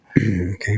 Okay